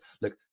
look